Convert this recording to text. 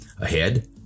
Ahead